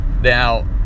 Now